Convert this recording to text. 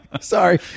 sorry